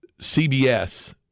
CBS